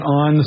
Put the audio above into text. on